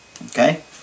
Okay